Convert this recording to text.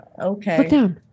Okay